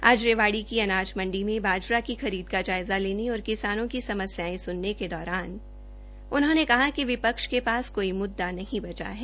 आज रेवाड़ी की अनाज मंडी में बाजरा की खरीद का जायज़ा लेने और किसानों की समस्यायें स्नने के दौरान उन्होंने कहा कि विपक्ष के पास कोई मुद्दा नहीं बचा है